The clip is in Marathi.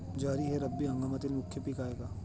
ज्वारी हे रब्बी हंगामातील मुख्य पीक आहे का?